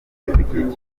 ibidukikije